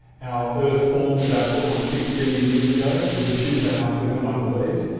our earth formed about four point six billion years ago. it was a tuesday afternoon i believe,